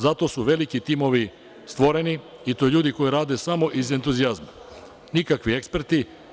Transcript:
Zato su stvoreni veliki timovi i to ljudi koji rade samo iz entuzijazma, nikakvi eksperti.